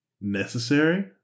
necessary